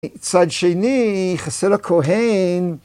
‫בצד שני, חסר הכהן.